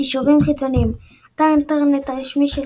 קישורים חיצוניים אתר האינטרנט הרשמי של